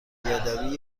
بیادبی